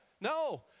No